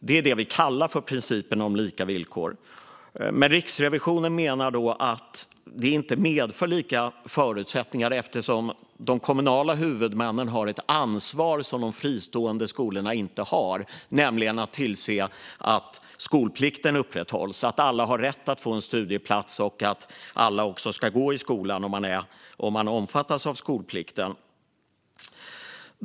Det är detta vi kallar principen om lika villkor. Riksrevisionen menar dock att detta inte medför lika förutsättningar eftersom de kommunala huvudmännen har ett ansvar som de fristående skolorna inte har, nämligen att tillse att skolplikten upprätthålls, att alla har rätt att få en studieplats och att alla som omfattas av skolplikten också går i skolan.